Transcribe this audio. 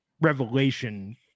revelation